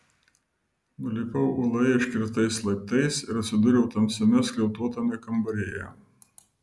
nulipau uoloje iškirstais laiptais ir atsidūriau tamsiame skliautuotame kambaryje